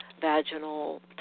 vaginal